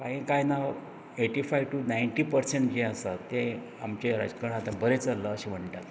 आनी काय ना ऐटिफायव टू नायटी पर्संट जें आसा आमचें राजकारण बरें चल्ला अशें म्हणटात